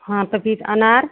हाँ तो फिर अनार